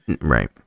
Right